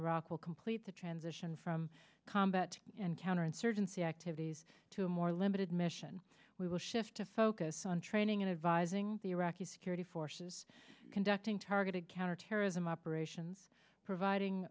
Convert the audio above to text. iraq will complete the transition from combat and counterinsurgency activities to a more limited mission we will shift to focus on training and advising the iraqi security forces conducting targeted counterterrorism operations providing